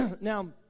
Now